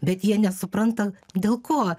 bet jie nesupranta dėl ko